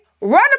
run